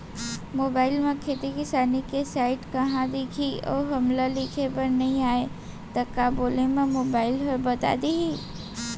Mobile म खेती किसानी के साइट कहाँ दिखही अऊ हमला लिखेबर नई आय त का बोले म मोबाइल ह बता दिही?